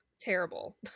terrible